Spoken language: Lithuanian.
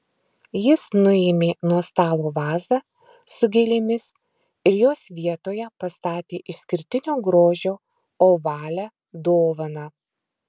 jis nuėmė nuo stalo vazą su gėlėmis ir jos vietoje pastatė išskirtinio grožio ovalią dovaną